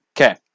Okay